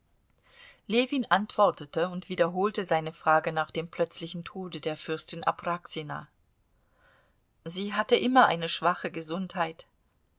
ljewin antwortete und wiederholte seine frage nach dem plötzlichen tode der fürstin apraxina sie hatte immer eine schwache gesundheit